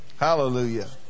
Hallelujah